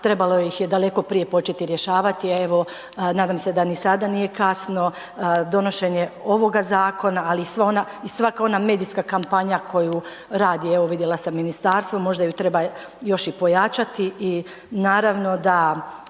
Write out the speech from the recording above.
trebalo ih je daleko prije početi rješavati, a evo, nadam se da ni sada nije kasno. Donošenje ovoga zakona, ali i svaka ona medijska kampanja koju radi, evo vidjela sam, ministarstvo, možda ju treba još i pojačati i naravno da